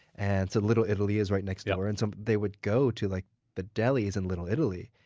and so little italy is right next door, and so they would go to like the delis in little italy,